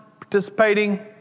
participating